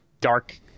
dark